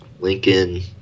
Lincoln